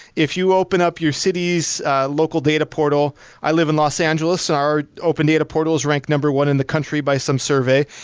if you open up your city's local data portal i live in los angeles and our open data portal is ranked number one in the country by some survey,